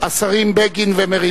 השרים בגין ומרידור.